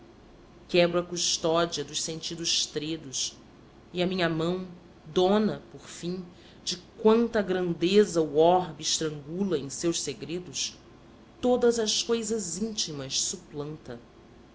a custódia dos sentidos tredos e a minha mão dona por fim de quanta grandeza o orbe estrangula em seus segredos todas as coisas íntimas suplanta